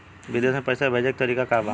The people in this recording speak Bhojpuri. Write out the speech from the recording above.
विदेश में पैसा भेजे के तरीका का बा?